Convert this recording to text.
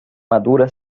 madura